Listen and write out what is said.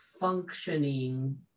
functioning